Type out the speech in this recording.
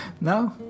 No